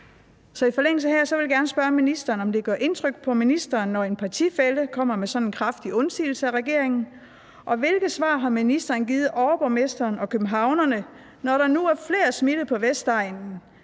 I forlængelse heraf vil jeg gerne spørge ministeren, om det gør indtryk på ministeren, når en partifælle kommer med sådan en kraftig undsigelse af regeringen, og hvilket svar ministeren har givet overborgmesteren og københavnerne, når der nu er flere smittede på Vestegnen,